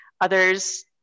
Others